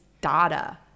data